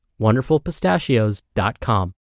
wonderfulpistachios.com